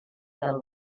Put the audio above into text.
del